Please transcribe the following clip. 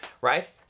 right